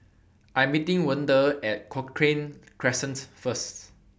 I Am meeting Wende At Cochrane Crescent First